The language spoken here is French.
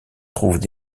trouvent